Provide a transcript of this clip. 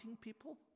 people